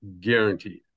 guaranteed